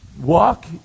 Walk